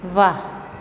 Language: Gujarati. વાહ